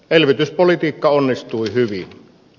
elvytyspolitiikka onnistui hyvin